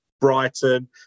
Brighton